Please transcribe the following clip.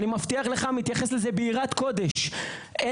אני מבטיח לך,